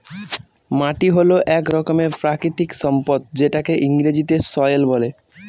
মাটি হল এক রকমের প্রাকৃতিক সম্পদ যেটাকে ইংরেজিতে সয়েল বলে